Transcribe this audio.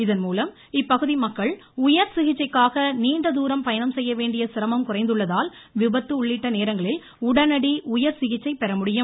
இதன்மூலம் இப்பகுதி மக்கள் உயர்சிகிச்சைக்காக நீண்டதூரம் பயணம் செய்ய வேண்டிய சிரமம் குறைந்துள்ளதால் விபத்து உள்ளிட்ட நேரங்களில் உடனடி உயர்சிகிச்சை பெற முடியும்